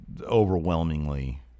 Overwhelmingly